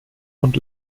und